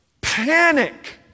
panic